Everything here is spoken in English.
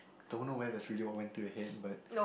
don't know where the what went to your head but